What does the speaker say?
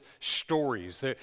stories